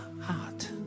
heart